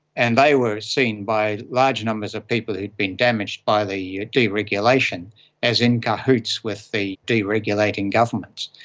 and they were seen by large numbers of people who had been damaged by the deregulation as in cahoots with the deregulating governments.